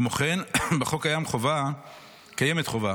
כמו כן, בחוק קיימת חובה